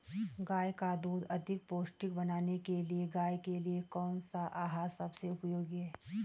गाय का दूध अधिक पौष्टिक बनाने के लिए गाय के लिए कौन सा आहार सबसे उपयोगी है?